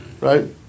right